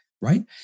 right